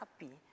happy